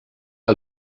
que